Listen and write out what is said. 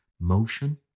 motion